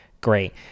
Great